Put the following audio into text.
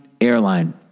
airline